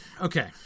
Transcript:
Okay